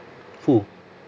who